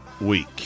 week